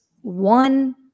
one